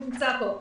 שנמצא פה,